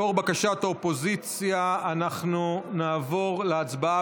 לאור בקשת האופוזיציה, אנחנו נעבור להצבעה.